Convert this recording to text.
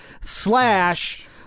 slash